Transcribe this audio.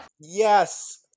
Yes